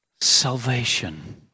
salvation